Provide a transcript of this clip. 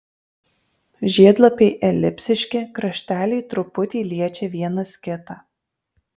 žiedlapiai elipsiški krašteliai truputį liečia vienas kitą